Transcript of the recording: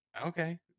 okay